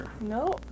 No